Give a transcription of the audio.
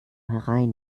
herein